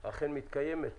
אכן מתקיימת.